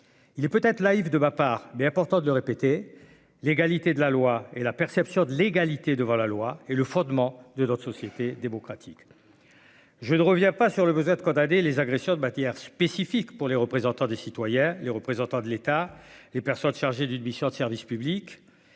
il est peut être Live de ma part d'importantes de répéter l'égalité de la loi et la perception de l'égalité devant la loi et le fondement de notre société démocratique je ne reviens pas sur le vous êtes condamné les agressions de matières spécifiques pour les représentants des citoyens, les représentants de l'État et personne chargée d'une mission de service public,